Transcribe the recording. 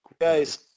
Guys